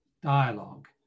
dialogue